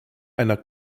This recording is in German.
einer